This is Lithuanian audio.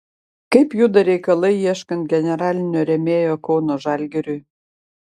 kaip juda reikalai ieškant generalinio rėmėjo kauno žalgiriui